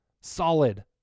Solid